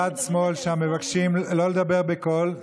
בצד שמאל שם, מבקשים לא לדבר בקול.